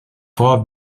vor